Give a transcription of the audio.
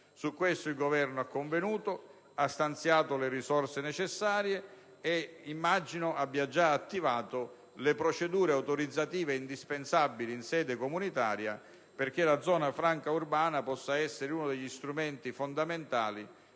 Su questo punto il Governo ha convenuto ed ha stanziato le risorse necessarie. Immagino altresì che l'Esecutivo abbia già attivato le procedure autorizzative indispensabili in sede comunitaria perché la zona franca urbana possa essere uno degli strumenti fondamentali